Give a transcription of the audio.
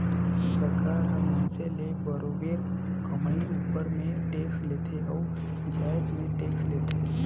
सरकार हर मइनसे ले बरोबेर कमई उपर में टेक्स लेथे अउ जाएत में टेक्स लेथे